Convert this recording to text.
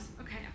Okay